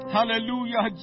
Hallelujah